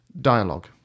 dialogue